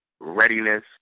readiness